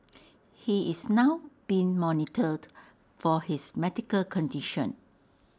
he is now being monitored for his medical condition